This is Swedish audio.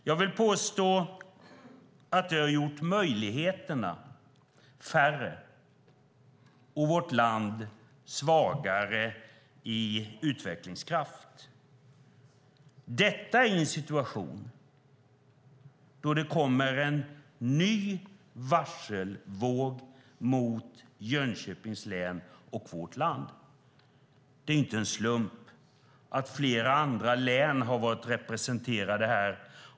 Jag vill påstå att det har gjort möjligheterna färre och vårt land svagare i utvecklingskraft, detta i en situation då det kommer en ny varselvåg mot Jönköpings län och vårt land. Det är inte en slump att flera andra län har varit representerade här.